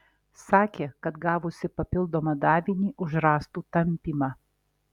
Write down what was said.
sakė kad gavusi papildomą davinį už rąstų tampymą